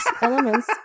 elements